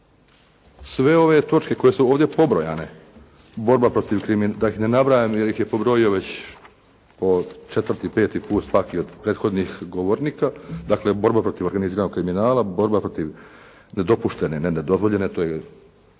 Sve ove točke koje su ovdje pobrojane borba protiv da ih ne nabrajam jer ih je pobrojio već po četvrti, peti put svaki od prethodnih govornika. Dakle, borba protiv organiziranog kriminala, borba protiv nedopuštene, ne nedozvoljene. To nije